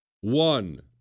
One